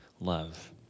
Love